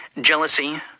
jealousy